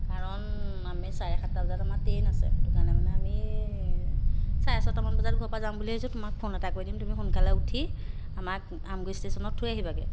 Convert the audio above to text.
কাৰণ আমি চাৰে সাতটা বজাত আমাৰ ট্ৰেইন আছে সেইটো কাৰণে মানে আমি চাৰে ছয়টামান বজাত ঘৰৰ পৰা যাম বুলি ভাবিছোঁ তোমাক ফোন এটা কৰি দিম তুমি সোনকালে উঠি আমাক আমগুৰি ষ্টেচনত থৈ আহিবাগৈ